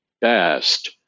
best